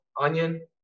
onion